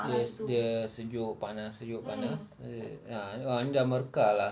yes dia sejuk panas sejuk panas ha tengok ini dah merekah lah